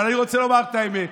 אבל אני רוצה לומר את האמת: